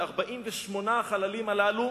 ו-48 חללים הללו,